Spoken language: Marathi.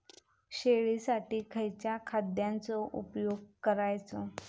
शेळीसाठी खयच्या खाद्यांचो उपयोग करायचो?